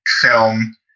film